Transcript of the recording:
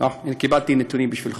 קיבלתי נתונים בשבילך,